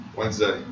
Wednesday